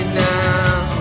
now